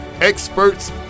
experts